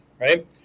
right